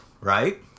right